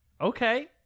Okay